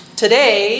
today